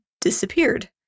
disappeared